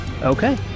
Okay